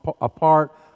apart